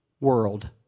world